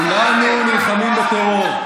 כולנו נלחמים בטרור,